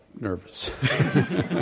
nervous